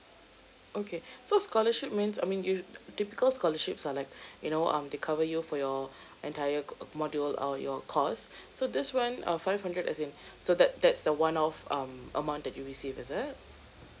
okay so scholarship means I mean usua~ typical scholarships are like you know um they cover you for your entire co~ module or your course so that's when uh five hundred as in so that that's the one off um amount that you receive is it